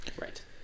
Right